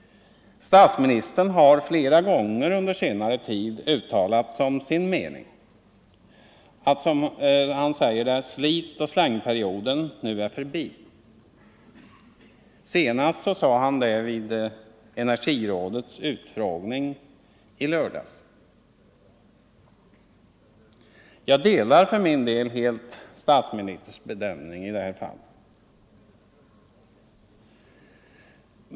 Statsministern har flera gånger under senare tid uttalat som sin mening att ”slitoch slängperioden nu är förbi”. Senast sade han det vid energirådets utfrågning i lördags. Jag delar för min del helt statsministerns bedömning i detta fall.